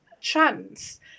chance